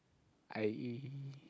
I